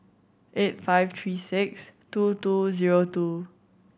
eight five three six two two zero two